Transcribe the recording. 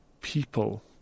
people